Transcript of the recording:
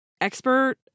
expert